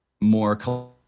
more